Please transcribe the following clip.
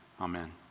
amen